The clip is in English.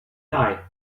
die